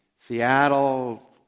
Seattle